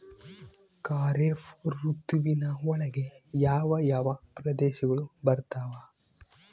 ಖಾರೇಫ್ ಋತುವಿನ ಒಳಗೆ ಯಾವ ಯಾವ ಪ್ರದೇಶಗಳು ಬರ್ತಾವ?